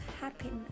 happiness